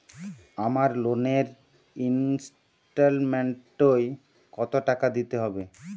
আমার লোনের ইনস্টলমেন্টৈ কত টাকা দিতে হবে?